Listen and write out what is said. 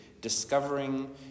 discovering